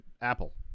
Apple